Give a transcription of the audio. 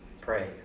Pray